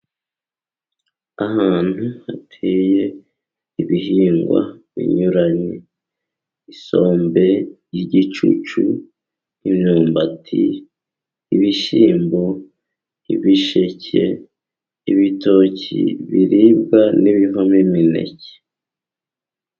Ahantu hateye ibihingwa binyuranye, isombe y'igicucu, imyumbati, ibishyimbo, ibisheke, ibitoki biribwa n'ibivamo imineke.